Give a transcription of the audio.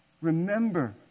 Remember